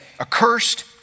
accursed